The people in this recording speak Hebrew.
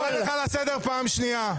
--- אני קורא אותך לסדר פעם שנייה.